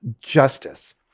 justice